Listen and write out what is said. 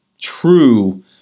true